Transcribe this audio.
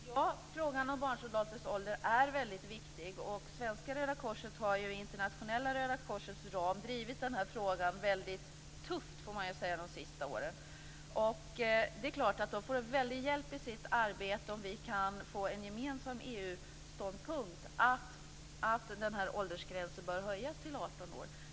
Fru talman! Frågan om barnsoldaters ålder är väldigt viktig. Svenska Röda korset har ju inom ramen för Internationella Röda korset drivit denna fråga väldigt tufft de senaste åren. Det är klart att de får en väldig hjälp i sitt arbete om vi kan ha den gemensamma ståndpunkten att åldersgränsen för barnsoldater bör höjas till 18 år.